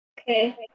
Okay